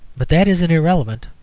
but that is an irrelevant,